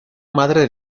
madre